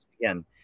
again